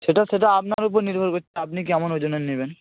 সেটা সেটা আপনার উপর নির্ভর করছে আপনি কেমন ওজনের নেবেন